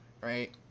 right